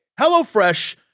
HelloFresh